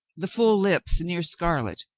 the full lips near scarlet,